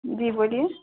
جی بولیے